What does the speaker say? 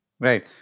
Right